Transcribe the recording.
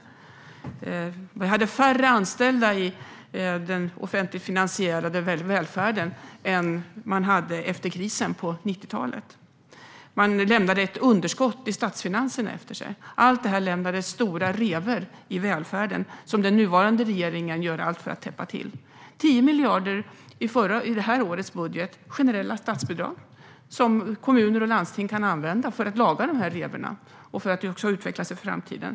Man hade färre anställda i den offentligt finansierade välfärden än efter krisen på 90-talet. Man lämnade ett underskott i statsfinanserna efter sig. Allt det här lämnade stora revor i välfärden, som den nuvarande regeringen gör allt för att laga. Man satsar 10 miljarder i det här årets budget i generella statsbidrag som kommuner och landsting kan använda för att laga de här revorna och för att utvecklas i framtiden.